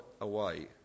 away